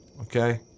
Okay